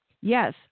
Yes